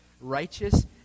righteous